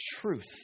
truth